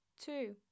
Two